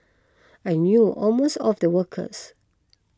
I knew almost all the workers